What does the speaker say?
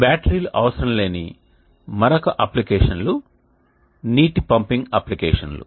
బ్యాటరీలు అవసరం లేని మరొక అప్లికేషన్లు నీటి పంపింగ్ అప్లికేషన్లు